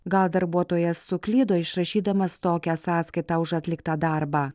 gal darbuotojas suklydo išrašydamas tokią sąskaitą už atliktą darbą